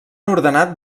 ordenat